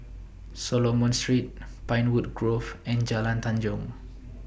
Solomon Street Pinewood Grove and Jalan Tanjong